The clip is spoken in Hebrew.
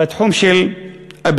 והתחום של הבריאות.